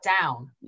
down